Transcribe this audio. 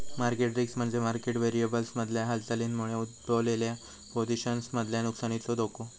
market risk म्हणजे market व्हेरिएबल्समधल्या हालचालींमुळे उद्भवलेल्या पोझिशन्समधल्या नुकसानीचो धोको